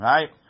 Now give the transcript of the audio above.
Right